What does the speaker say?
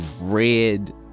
red